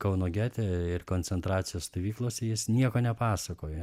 kauno gete ir koncentracijos stovyklose jis nieko nepasakojo